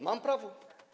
Mam prawo.